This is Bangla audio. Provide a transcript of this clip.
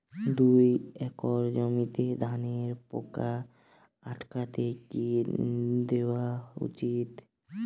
দুই একর জমিতে ধানের পোকা আটকাতে কি দেওয়া উচিৎ?